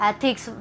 Ethics